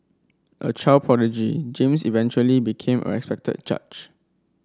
a child prodigy James eventually became a respected judge